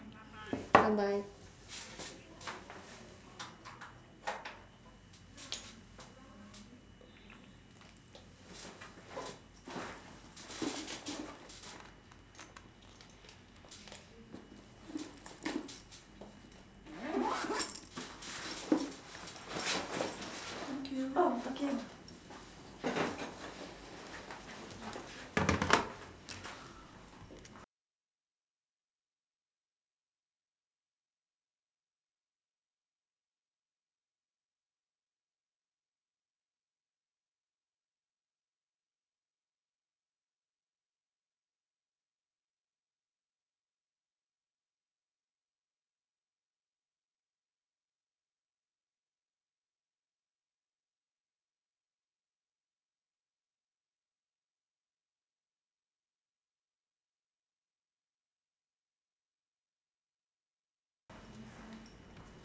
bye bye